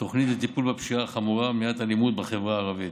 תוכנית לטיפול בפשיעה החמורה ולמניעת אלימות בחברה הערבית.